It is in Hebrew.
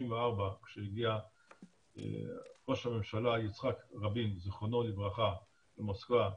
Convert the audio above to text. כשהגיע ראש הממשלה יצחק רבין ז"ל למוסקבה,